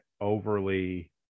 overly